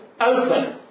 open